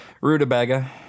Rutabaga